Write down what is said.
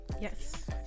Yes